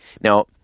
Now